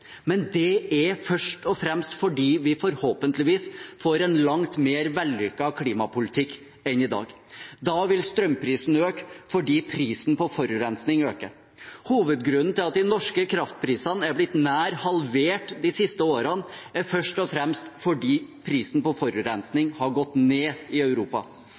men det er først og fremst fordi vi forhåpentligvis får en langt mer vellykket klimapolitikk enn i dag. Da vil strømprisen øke fordi prisen på forurensning øker. Hovedgrunnen til at de norske kraftprisene er blitt nær halvert de siste årene er først og fremst at prisen på forurensning har gått ned i Europa.